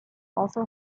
also